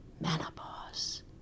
menopause